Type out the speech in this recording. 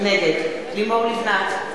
נגד לימור לבנת,